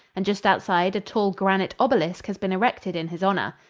and just outside a tall granite obelisk has been erected in his honor.